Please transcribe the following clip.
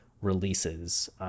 releases